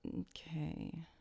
Okay